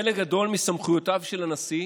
חלק גדול מסמכויותיו של הנשיא